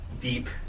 deep